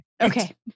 Okay